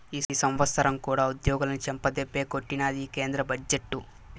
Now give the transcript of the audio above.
ఈ సంవత్సరం కూడా ఉద్యోగులని చెంపదెబ్బే కొట్టినాది ఈ కేంద్ర బడ్జెట్టు